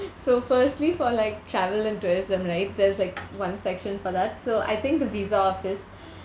so firstly for like travel and tourism right there's like one section for that so I think the visa office